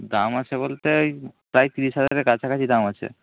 দাম আছে বলতে ওই প্রায় তিরিশ হাজারের কাছাকাছি দাম আছে